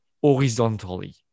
horizontally